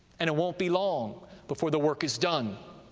and it won't be long before the work is done.